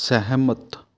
ਸਹਿਮਤ